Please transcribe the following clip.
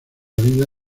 vida